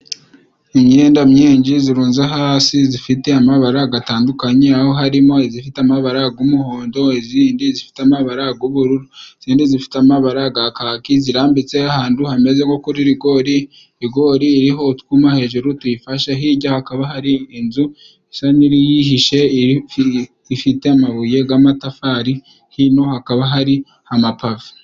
Imyenda myinshi zirunze hasi zifite amabara gatandukanye, aho harimo izifite amabara g'umuhondo, izindi zifite amabara g'ubururu, izindi zifite amabara ga kaki zirambitse ahantu hameze nko kuri rigori, rigori iriho utwuma hejuru tuyifashe. Hirya hakaba hari inzu isa nk'iyihishe ifite amabuye g'amatafari, hino hakaba hari amapave.